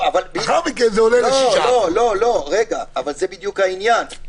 לאחר מכן זה עולה --- אבל זה בדיוק העניין.